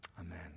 Amen